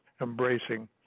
embracing